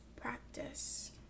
practice